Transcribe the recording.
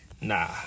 nah